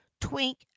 Twink